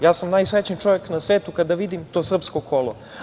Ja sam najsrećniji čovek na svetu kada vidim to srpsko kolo.